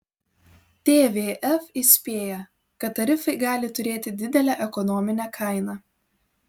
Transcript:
tvf įspėja kad tarifai gali turėti didelę ekonominę kainą